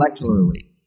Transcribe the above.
molecularly